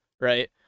right